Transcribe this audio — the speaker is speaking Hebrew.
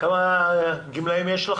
כמה גמלאים יש לך